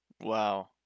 Wow